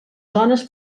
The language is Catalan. zones